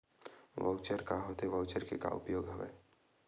Voucher का होथे voucher के का उपयोग हवय?